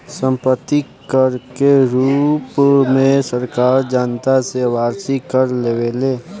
सम्पत्ति कर के रूप में सरकार जनता से वार्षिक कर लेवेले